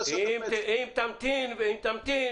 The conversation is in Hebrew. אגב, שמענו את הדעה הזאת בדיון הקודם.